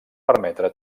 permetre